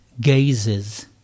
gazes